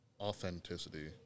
authenticity